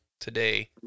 today